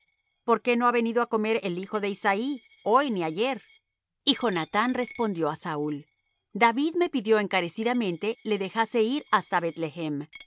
por qué no ha venido á comer el hijo de isaí hoy ni ayer y jonathán respondió á saúl david me pidió encarecidamente le dejase ir hasta